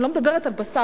אני לא מדברת על בשר,